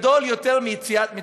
גדול יותר מיציאת מצרים.